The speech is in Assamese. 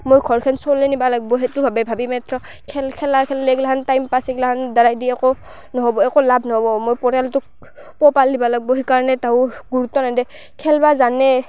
মোৰ ঘৰখন চলেই নিবা লাগবু সেইটো ভাবেই ভাবি মেত্ৰ খেল খেলা খেললি এগলাখান টাইম পাছ এগলাখান দ্বাৰাই দি একো নহ'ব একো লাভ নহ'ব মোৰ পৰিয়ালটোক পোহপাল দিবা লাগবু সেইকাৰণে তাহো গুৰুত্ব নেদেই খেলবা জানে